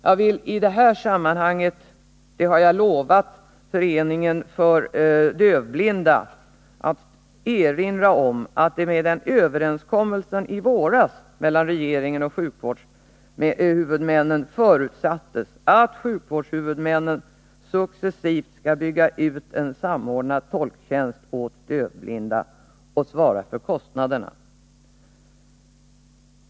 Jag vill i detta sammanhang — det har jag lovat Föreningen för dövblinda — erinra om att det vid en överenskommelse i våras mellan regeringen och sjukvårdshuvudmännen förutsattes att sjukvårdshuvudmännen successivt skall bygga ut en samordnad tolktjänst åt dövblinda och svara för kostnaderna.